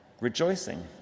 rejoicing